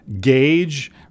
gauge